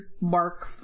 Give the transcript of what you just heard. mark